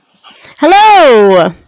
Hello